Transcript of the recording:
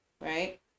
right